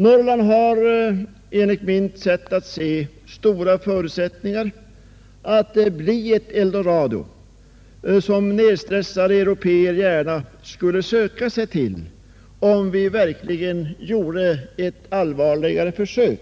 Norrland har enligt mitt sätt att se stora förutsättningar att bli ett Eldorado, som nedstressade européer gärna skulle söka sig till om vi verkligen gjorde ett allvarligare försök